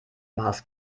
maß